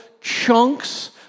chunks